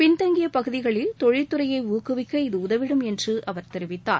பின்தங்கிய பகுதிகளில் தொழில்துறையை ஊக்குவிக்க இது உதவிடும் என்று அப்போது அவர் தெரிவித்தார்